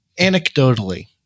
anecdotally